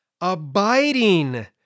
abiding